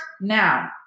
now